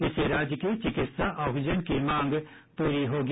इससे राज्य की चिकित्सा ऑक्सीजन की मांग प्ररी होगी